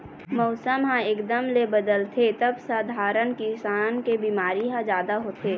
मउसम ह एकदम ले बदलथे तब सधारन किसम के बिमारी ह जादा होथे